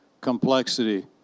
complexity